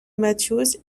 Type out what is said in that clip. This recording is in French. mathews